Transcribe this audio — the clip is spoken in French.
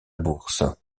bourse